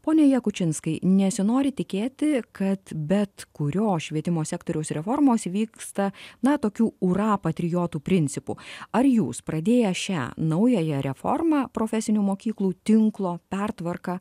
pone jakučinskai nesinori tikėti kad bet kurio švietimo sektoriaus reformos vyksta na tokiu ura patriotų principu ar jūs pradėję šią naująją reformą profesinių mokyklų tinklo pertvarką